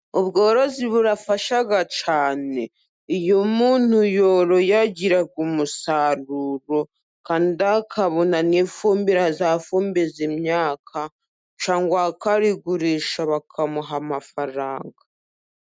Ubworozi burafasha cyane. Iyo umuntu yoroye agira umusaruro, kandi akabona n'ifumbire azafumbiza imyaka, cyangwa akarigurisha bakamuha amafaranga.